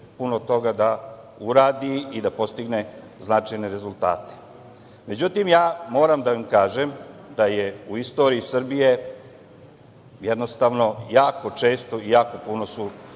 puno toga da uradi i da postigne značajne rezultate.Međutim, ja moram da vam kažem da u istoriji Srbije jednostavno jako često i jako puno su